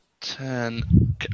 Ten